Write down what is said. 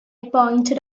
pointed